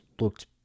looked